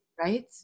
Right